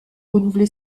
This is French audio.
renouvelé